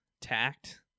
tact